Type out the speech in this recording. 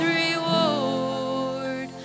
reward